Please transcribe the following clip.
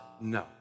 no